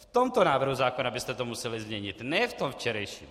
V tomto návrhu zákona byste to museli změnit, ne v tom včerejším.